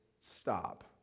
stop